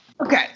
Okay